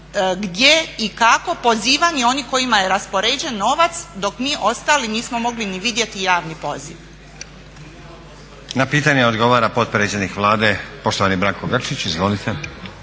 gdje i kako pozivani oni kojima je raspoređen novac dok mi ostali nismo mogli ni vidjeti javni poziv? **Stazić, Nenad (SDP)** Na pitanje odgovora potpredsjednik Vlade poštovani Branko Grčić. Izvolite.